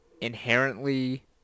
inherently